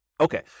Okay